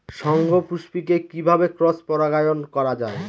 শঙ্খপুষ্পী কে কিভাবে ক্রস পরাগায়ন করা যায়?